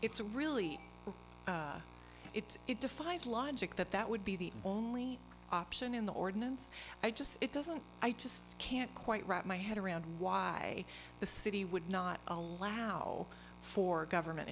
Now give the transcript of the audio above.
it's really it it defies logic that that would be the only option in the ordinance i just it doesn't i just can't quite wrap my head around why the city would not allow for government